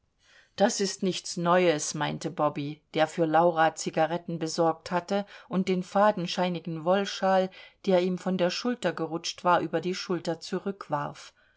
das ist nichts neues meinte bobby der für laura zigaretten besorgt hatte und den fadenscheinigen wollschal der ihm von der schulter gerutscht war über die schulter zurückwarf